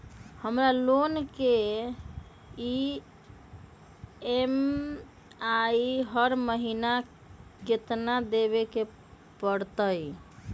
हमरा लोन के ई.एम.आई हर महिना केतना देबे के परतई?